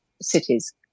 cities